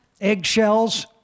eggshells